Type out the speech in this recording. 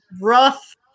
rough